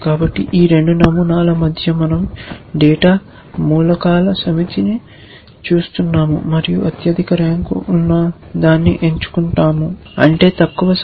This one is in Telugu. కాబట్టి ఈ 2 నమూనాల మధ్య మనం డేటా మూలకాల సమితిని చూస్తున్నాము మరియు అత్యధిక ర్యాంకు ఉన్నదాన్ని ఎంచుకుంటాము అంటే తక్కువ సంఖ్య